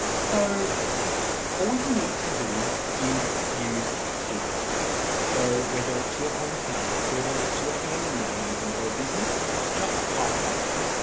so all you need to do is use keywords so whether it's your hometown, whether it's your family name even or a business just type that in.